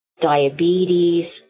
diabetes